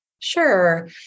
Sure